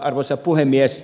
arvoisa puhemies